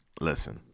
listen